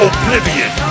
Oblivion